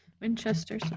Winchester